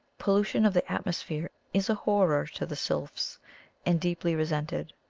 pollution of the atmosphere is a horror to the sylphs and deeply resented.